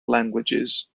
languages